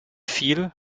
viel